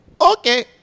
Okay